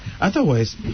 Otherwise